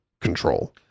control